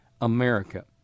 America